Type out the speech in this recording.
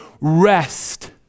rest